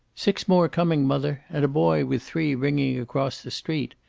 six more coming, mother! and a boy with three ringing across the street.